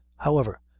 however,